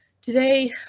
Today